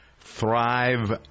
Thrive